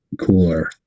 cooler